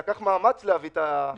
נדרש מאמץ להביא את החלטת הממשלה הזאת.